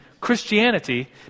Christianity